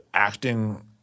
Acting